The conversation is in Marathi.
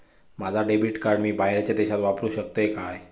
माझा डेबिट कार्ड मी बाहेरच्या देशात वापरू शकतय काय?